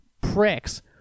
pricks